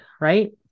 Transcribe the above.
right